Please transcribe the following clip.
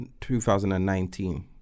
2019